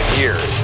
years